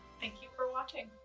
thank you for watching!